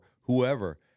whoever